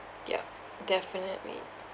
yup definitely